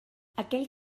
aquell